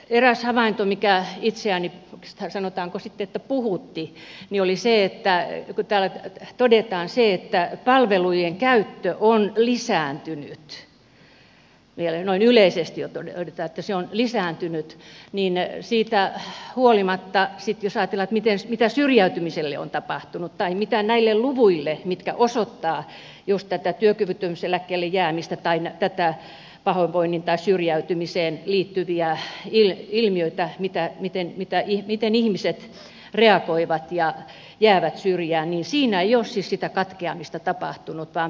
eräs havainto joka itseäni sanotaanko puhutti oli se kun täällä todetaan että palvelujen käyttö on lisääntynyt noin yleisesti ottaen se on lisääntynyt mutta jos ajatellaan mitä syrjäytymiselle on tapahtunut tai mitä näille luvuille jotka osoittavat just tätä työkyvyttömyyseläkkeelle jäämistä tai näitä pahoinvointiin tai syrjäytymiseen liittyviä ilmiöitä miten ihmiset reagoivat ja jäävät syrjään niin siinä ei ole sitä katkeamista tapahtunut vaan päinvastoin